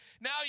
Now